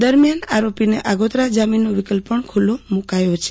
દરમ્યાન આરોપી આગોતરા જામીનનો વિક લ્પ પણ ખુલ્લો મુકાયો છે